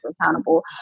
accountable